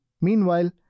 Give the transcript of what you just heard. Meanwhile